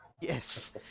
Yes